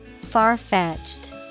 far-fetched